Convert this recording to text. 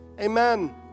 amen